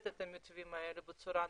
את הנתיבים האלה לא בצורה נורמלית.